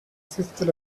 fifth